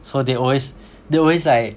so they always they always like